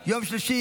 מתנגדים.